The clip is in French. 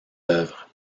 œuvres